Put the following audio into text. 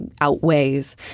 outweighs